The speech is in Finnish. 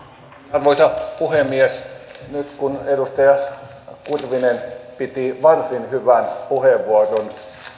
arvoisa puhemies nyt kun edustaja kurvinen piti varsin hyvän puheenvuoron